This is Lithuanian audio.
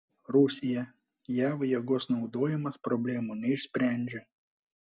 rusija jav jėgos naudojimas problemų neišsprendžia